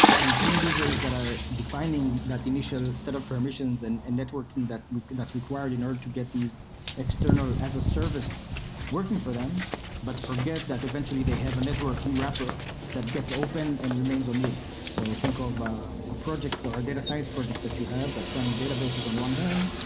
we've seen users that are defining that initial set of permissions and and networking that's required in order to get these external as a service working for but forget that eventually they have a networking wrapper that gets open and remains unused. so think of um a project or a data science project that you have that's running databases on one hand,